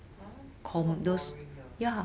!huh! 这么 boring 的